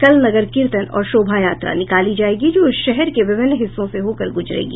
कल नगर कीर्तन और शोभा यात्रा निकाली जायेगी जो शहर के विभिन्न हिस्सों से होकर गुजरेगी